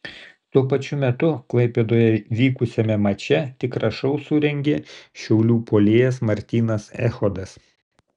tuo pačiu metu klaipėdoje vykusiame mače tikrą šou surengė šiaulių puolėjas martynas echodas